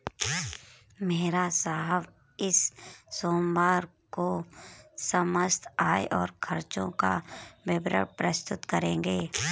मेहरा साहब इस सोमवार को समस्त आय और खर्चों का विवरण प्रस्तुत करेंगे